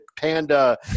panda